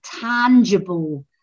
tangible